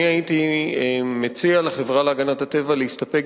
אני הייתי מציע לחברה להגנת הטבע להסתפק